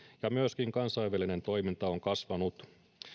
ja myöskin kansainvälinen toiminta on kasvanut